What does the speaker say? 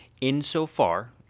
insofar